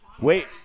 Wait